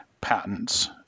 patents